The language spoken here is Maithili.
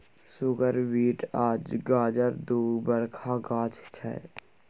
सुगर बीट आ गाजर दु बरखा गाछ छै